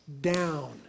down